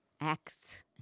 acts